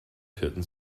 vierten